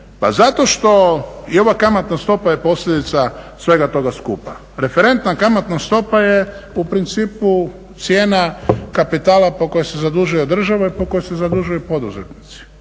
Pa zato što i ova kamatna stopa je posljedica svega toga skupa. Referentna kamatna stopa je u principu cijena kapitala po kojem se zadužuje država i po kojoj se zadužuju poduzetnici.